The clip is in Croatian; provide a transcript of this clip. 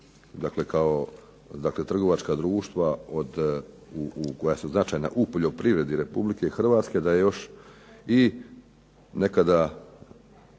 dakle trgovačka društva koja su značajna u poljoprivredi Republike Hrvatske, da je još nekada